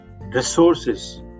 resources